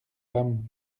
femmes